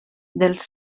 dels